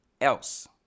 else